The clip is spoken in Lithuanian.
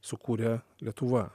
sukūrė lietuva